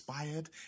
inspired